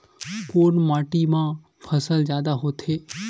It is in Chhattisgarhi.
कोन माटी मा फसल जादा होथे?